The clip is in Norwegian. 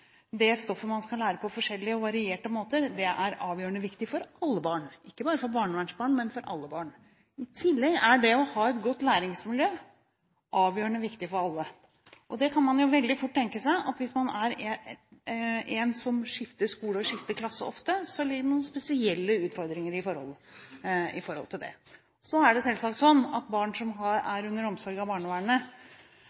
det stoffet man skal lære, på forskjellige og varierte måter, avgjørende viktig for alle barn – ikke bare for barnevernsbarn, men for alle barn. I tillegg er det å ha et godt læringsmiljø avgjørende viktig for alle. Man kan jo veldig fort tenke seg at hvis man skifter skole og klasse ofte, så ligger det noen spesielle utfordringer i det. Så er det selvsagt sånn at barn som er under omsorg av barnevernet, har